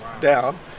down